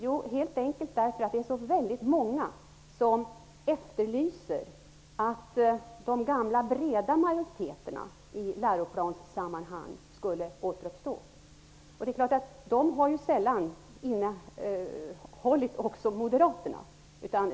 Jo, helt enkelt därför att det är så väldigt många som efterlyser de gamla breda majoriteterna i läroplanssammanhang och vill att de skall återuppstå. De majoriteterna har ju sällan innehållit moderater.